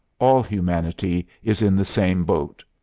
all humanity is in the same boat.